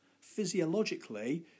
physiologically